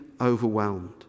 overwhelmed